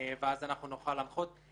ואז אנחנו נוכל להנחות.